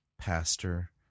pastor